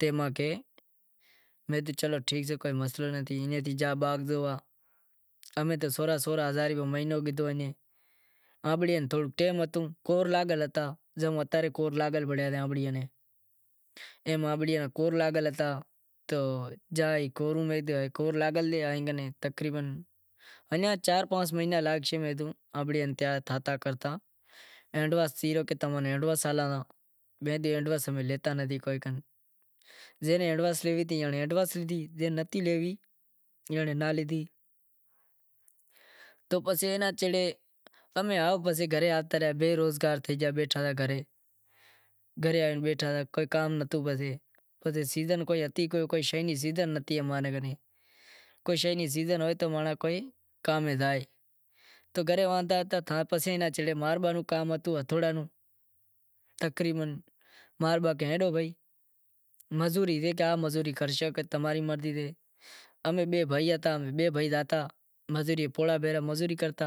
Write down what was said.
وئی تلوار ردراکش، ماناں جام شیوں ہتوں گھومی گھومی وڑے انے تھی نیکریا ایئں بدین چوک آیا کہ بدہا کہیں پٹی بٹی کراواں پسے ڈاکٹر ہتو پٹی کرائے انیں تھی امیں گھریں آوتا ریا، گھرے آوتا ریا تو گھریں زاں انیں تھی اماں رے ہوے، سامان باماں امیں لی زیلے تیار تھیا پسے سورا تیار تھے گیا، پست انیں خوجا اسٹاپ آیا، آنبڑیاں رو باغ سے موٹو ایئں نی، راجڑ منیں فوں کری تو ماں رے پھوئے ناں کہ تمیں آئے باغ چیک کرو